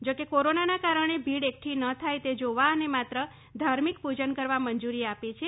જો કે કોરોનાનાં કારણે ભીડ એકઠી ન થાય તે જોવા અને માત્ર ધાર્મિક પૂજન કરવા મંજૂરી આપી છે